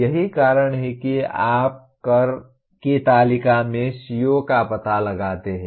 यही कारण है कि आप कर की तालिका में CO का पता लगाते हैं